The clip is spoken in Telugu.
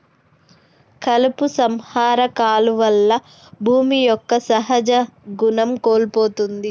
కలుపు సంహార కాలువల్ల భూమి యొక్క సహజ గుణం కోల్పోతుంది